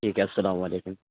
ٹھیک ہے السلام علیکم